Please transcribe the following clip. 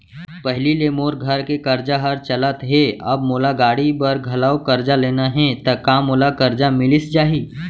पहिली ले मोर घर के करजा ह चलत हे, अब मोला गाड़ी बर घलव करजा लेना हे ता का मोला करजा मिलिस जाही?